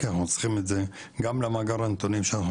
כי אנחנו צריכים את זה גם למאגר הנתונים שאנחנו